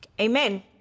Amen